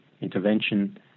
intervention